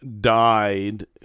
died